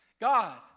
God